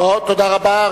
תודה רבה.